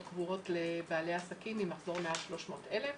קבועות לבעלי עסקים עם מחזור מעל 300,000 שקל.